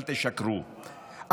אל תשקרו,